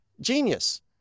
Genius